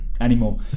anymore